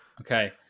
Okay